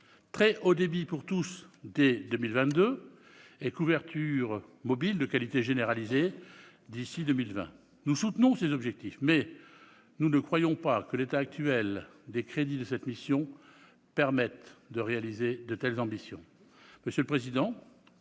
très haut débit pour tous dès 2022 et couverture mobile de qualité généralisée d'ici à 2020. Nous soutenons ces objectifs, mais nous ne croyons pas que le niveau actuel des crédits de cette mission permettra de mettre en oeuvre de telles ambitions.